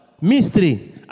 mystery